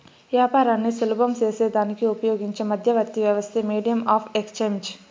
యాపారాన్ని సులభం సేసేదానికి ఉపయోగించే మధ్యవర్తి వ్యవస్థే మీడియం ఆఫ్ ఎక్స్చేంజ్